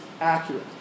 accurate